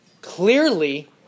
clearly